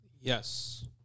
Yes